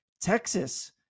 Texas